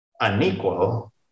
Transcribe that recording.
unequal